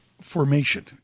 formation